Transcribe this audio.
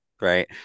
right